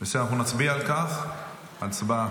אנחנו נצביע על כך, הצבעה.